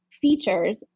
features